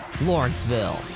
Lawrenceville